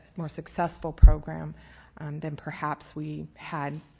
more successful program than perhaps we had